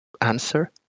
answer